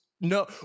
no